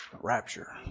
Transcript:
Rapture